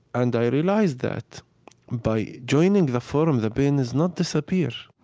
and i realize that by joining the forum, the pain does not disappear